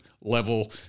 level